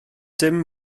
dim